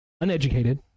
Uneducated